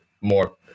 more